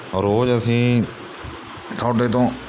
ਰੋਜ਼ ਅਸੀਂ ਤੁਹਾਡੇ ਤੋਂ